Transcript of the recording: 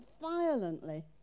violently